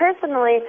personally